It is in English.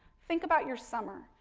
think about your summer.